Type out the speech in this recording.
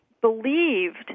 believed